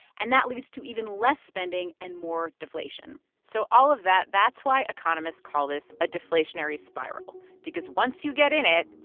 and that leads to even less spending and more deflation so all of that, that's why economists call this a deflationary spiral because once you get in it,